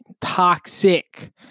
toxic